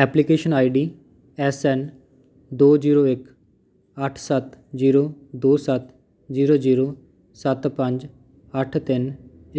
application I D S N ਦੋ ਜ਼ੀਰੋ ਇੱਕ ਅੱਠ ਸੱਤ ਜ਼ੀਰੋ ਦੋ ਸੱਤ ਜ਼ੀਰੋ ਜ਼ੀਰੋ ਸੱਤ ਪੰਜ ਅੱਠ ਤਿੰਨ